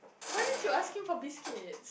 what did you ask Kim for biscuit